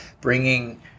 bringing